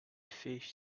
fish